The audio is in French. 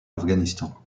afghanistan